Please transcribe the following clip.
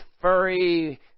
furry